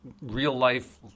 real-life